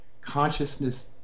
consciousness